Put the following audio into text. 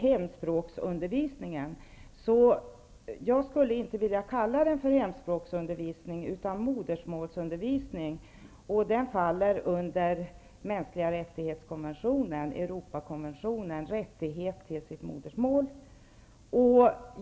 Hemspråksundervisningen skulle jag i stället vilja kalla för modersmålsundervisning. Den faller under konventionen om de mänskliga rättigheterna, Europakonventionen. Det handlar om rätten till det egna modersmålet.